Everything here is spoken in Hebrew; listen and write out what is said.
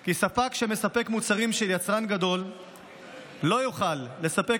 כי ספק שמספק מוצרים של יצרן גדול לא יוכל לספק